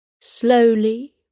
Slowly